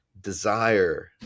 desire